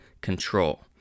control